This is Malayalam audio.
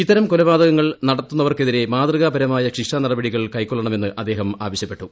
ഇത്തരം കൊലപാതകങ്ങൾ നടത്തുന്നവർക്കെതിരെ മാതൃകാപരമായ ശിക്ഷാനടപടികൾ കൈക്കൊള്ളണമെന്ന് അദ്ദേഹം ആവശ്യപ്പെട്ടു